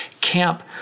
camp